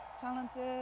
talented